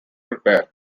repair